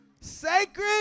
Sacred